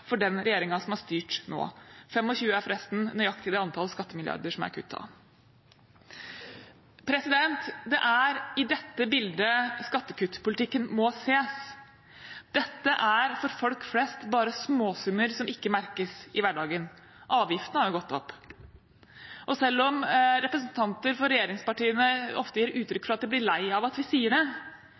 for den regjeringen som har styrt nå. 25 er forresten nøyaktig det antall skattemilliarder som er kuttet. Det er i dette bildet skattekuttpolitikken må ses. Dette er for folk flest bare småsummer som ikke merkes i hverdagen. Avgiftene har jo gått opp. Og selv om representanter for regjeringspartiene ofte gir uttrykk for at de blir lei av at vi sier det,